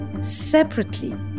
separately